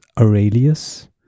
aurelius